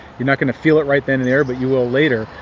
youire not going to feel it right then and there, but you will later.